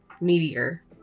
meteor